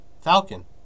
Falcon